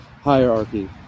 hierarchy